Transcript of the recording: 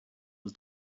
was